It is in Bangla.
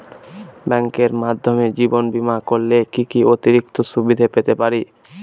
ব্যাংকের মাধ্যমে জীবন বীমা করলে কি কি অতিরিক্ত সুবিধে পেতে পারি?